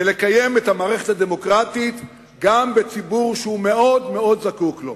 וגם לקיים את המערכת הדמוקרטית בציבור שמאוד זקוק לה.